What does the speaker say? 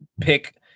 pick